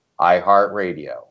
iHeartRadio